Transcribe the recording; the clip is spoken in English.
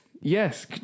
Yes